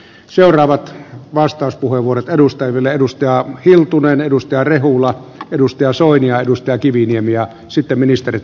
seuraavat vastauspuheenvuorot edustajille hiltunen rehula soini ja kiviniemi ja sitten ministereitten vastauksiin